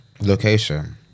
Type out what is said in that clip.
Location